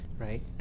right